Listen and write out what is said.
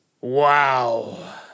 Wow